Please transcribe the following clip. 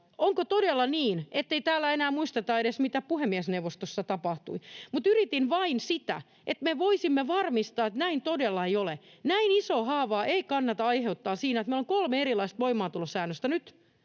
Onko todella niin, ettei täällä enää muisteta edes, mitä puhemiesneuvostossa tapahtui? Mutta yritin vain sitä, että me voisimme varmistaa, että näin todella ei ole. Näin isoa haavaa ei kannata aiheuttaa sillä, että meillä on kolme erilaista voimaantulosäännöstä nyt